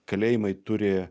kalėjimai turi